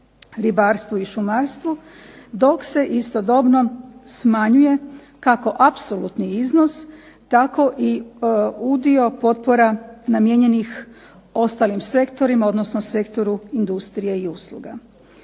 ribarstvu i šumarstvu, dok se istodobno smanjuje kako apsolutni iznos, tako i udio potpora namijenjenih ostalim sektorima, odnosno sektoru industrije i usluga.